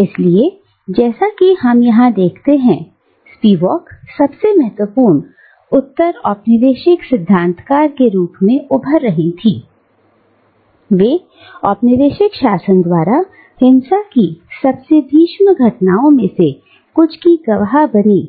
इसलिए जैसा कि हम यहां देखते हैं स्पिवक सबसे महत्वपूर्ण उत्तर औपनिवेशिक सिद्धांत कार के रूप में उभर रही थी बे औपनिवेशिक शासन द्वारा हिंसा की सबसे भीष्म घटनाओं में से कुछ की गवाह बनी